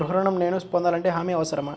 గృహ ఋణం నేను పొందాలంటే హామీ అవసరమా?